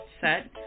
set